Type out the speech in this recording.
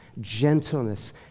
gentleness